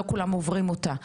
לא כולם עוברים אותה.